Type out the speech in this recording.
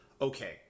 Okay